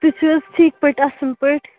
تُہۍ چھِوٕ حَظ ٹھیٖکھ پٲٹھۍ اصٕل پٲٹھۍ